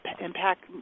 impact